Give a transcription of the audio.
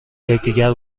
یکدیگر